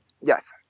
Yes